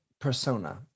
persona